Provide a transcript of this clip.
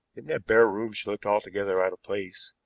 in that bare room she looked altogether out of place,